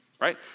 right